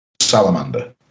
Salamander